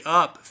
up